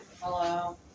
Hello